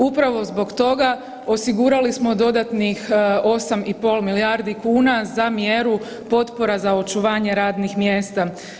Upravo zbog toga osigurali smo dodatnih 8,5 milijardi kuna za mjeru potpora za očuvanje radnih mjesta.